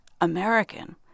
American